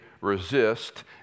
resist